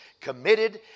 committed